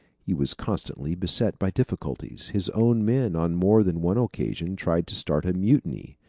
he was constantly beset by difficulties. his own men on more than one occasion tried to start a mutiny,